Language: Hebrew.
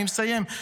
אני מסיים,